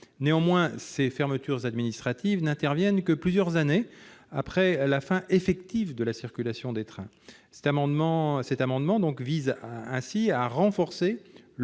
Néanmoins, ces fermetures administratives n'interviennent que plusieurs années après la fin effective de la circulation des trains. Cet amendement vise donc à renforcer le